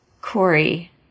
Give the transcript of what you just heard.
Corey